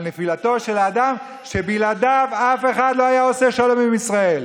נפילתו של האדם שבלעדיו אף אחד לא היה עושה שלום עם ישראל,